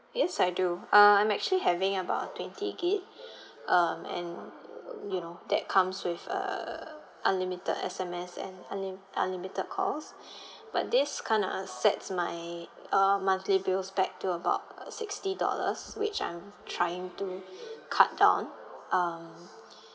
yes I do uh I'm actually having about twenty gigabytes um and you know that comes with uh unlimited S_M_S and unli~ unlimited calls but this kind of sets my uh monthly bills back to about sixty dollars which I'm trying to cut down um